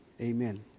Amen